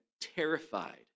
terrified